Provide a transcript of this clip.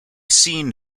seen